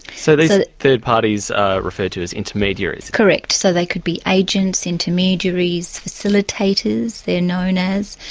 so these ah third parties are referred to as intermediaries? correct, so they could be agents, intermediaries, facilitators they're known as.